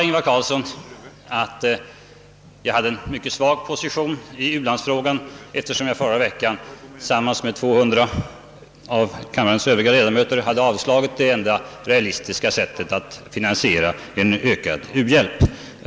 Ingvar Carlsson sade att jag hade en mycket svag position i u-landsfrågan, eftersom jag förra veckan tillsammans med 200 av kammarens övriga ledamöter hade avslagit det enda realistiska sät tet att finansiera en ökad u-hjälp.